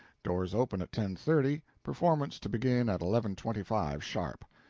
doors open at ten thirty, performance to begin at eleven twenty five sharp.